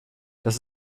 dass